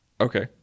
Okay